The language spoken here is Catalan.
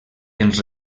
ens